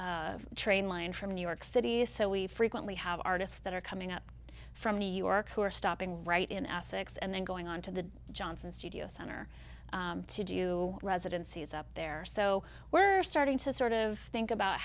the train line from new york city so we frequently have artists that are coming up from new york who are stopping right in essex and then going on to the johnson studio center to do reza to see it's up there so we're starting to sort of think about